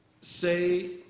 say